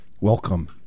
Welcome